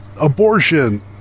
abortion